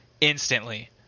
instantly